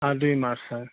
আ দুই মাৰ্চ হয়